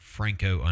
Franco